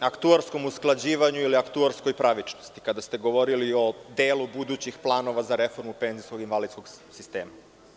aktuarskom usklađivanju ili aktuarskoj pravičnosti kada ste govorili o delu budućih planova za reformu penzijskog i invalidskog sistema.